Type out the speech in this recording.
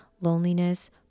Loneliness